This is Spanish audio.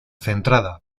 centrada